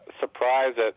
surprised